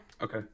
Okay